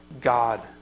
God